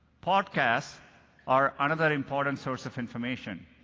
podcasts are another important source of information.